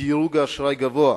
בדירוג אשראי גבוה,